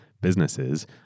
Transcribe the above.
Businesses